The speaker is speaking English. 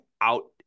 out